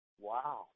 wow